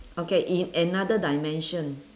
okay in another dimension